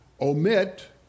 omit